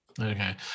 Okay